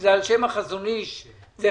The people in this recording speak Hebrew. שזה על שם החזון איש זצ"ל,